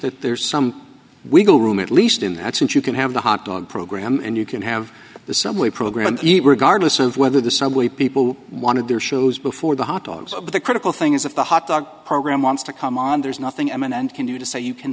that there's some wiggle room at least in that sense you can have the hot dog program and you can have the subway program eat regardless of whether the subway people wanted their shows before the hot dogs of the critical thing is if the hot dog program wants to come on there's nothing eminent can do to say you can